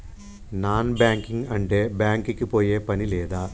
Non banking అంటే bank కి పోయే పని లేదా?